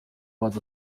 ubald